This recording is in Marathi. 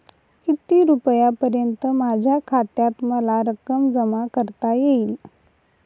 किती रुपयांपर्यंत माझ्या खात्यात मला रक्कम जमा करता येईल?